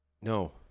No